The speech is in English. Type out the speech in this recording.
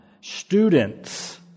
students